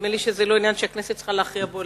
נדמה לי שזה לא עניין שהכנסת צריכה להכריע בו,